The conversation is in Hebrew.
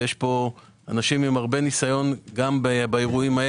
ויש פה אנשים עם ניסיון רב גם באירועים האלה.